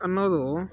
ಅನ್ನೋದು